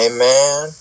Amen